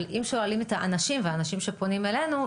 אבל אם שואלים את האנשים והאנשים שפונים אלינו,